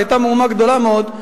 והיתה מהומה גדולה מאוד,